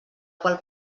qual